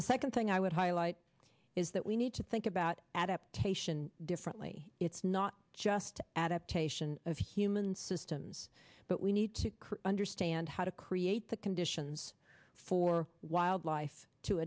the second thing i would highlight is that we need to think about adaptation differently it's not just adaptation of human systems but we need to understand how to create the conditions for wildlife to